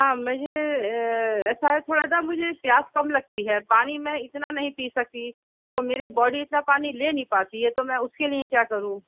ہاں مجھے ایسا ہے تھوڑا سا مجھے پیاس کم لگتی ہے پانی میں اتنا نہیں پی سکتی تو میرے باڈی اتنا پانی لے نہیں پاتی ہے تو میں اس کے لیے کیا کروں